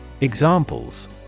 Examples